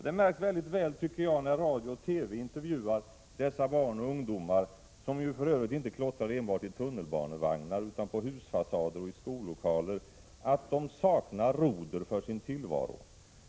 Det märks väldigt väl, tycker jag, när radio och TV intervjuar dessa barn och ungdomar — som ju för övrigt inte klottrar enbart i tunnelbanevagnar utan även på husfasader och i skollokaler — att de saknar roder för sin tillvaro.